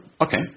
Okay